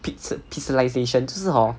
pix~ pixelation 就是 hor